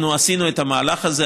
אנחנו עשינו את המהלך הזה,